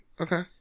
Okay